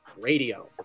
radio